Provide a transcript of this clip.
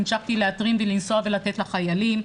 המשכתי להתרים ולנסוע ולתת לחיילים.